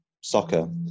soccer